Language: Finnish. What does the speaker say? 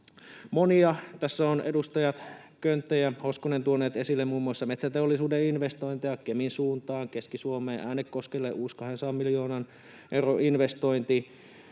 Suomeen. Tässä ovat edustajat Könttä ja Hoskonen tuoneet esille muun muassa metsäteollisuuden investointeja Kemin suuntaan — ja Keski-Suomeen, Äänekoskelle uusi 200 miljoonan euron investointi.